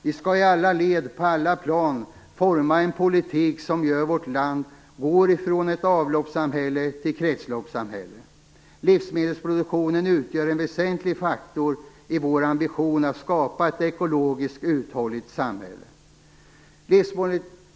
Vi skall i alla led och på alla plan forma en politik som gör att vårt land går från avloppssamhälle till kretsloppssamhälle. Livsmedelsproduktionen utgör en väsentlig faktor i vår ambition att skapa ett ekologiskt uthålligt samhälle.